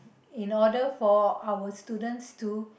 in order for our students to